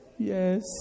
Yes